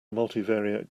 multivariate